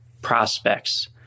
prospects